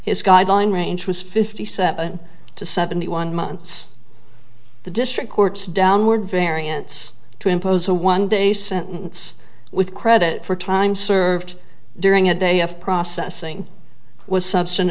his guideline range was fifty seven to seventy one months the district court's downward variance to impose a one day sentence with credit for time served during a day of processing was substan